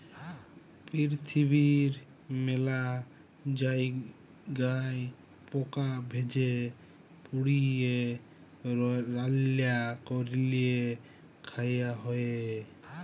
পিরথিবীর মেলা জায়গায় পকা ভেজে, পুড়িয়ে, রাল্যা ক্যরে খায়া হ্যয়ে